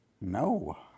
No